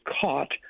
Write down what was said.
caught